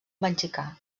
mexicà